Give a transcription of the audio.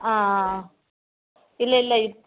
ஆ ஆ ஆ இல்லை இல்லை இப்